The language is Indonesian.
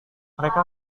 mereka